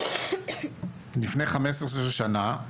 "לפני 15 שנה,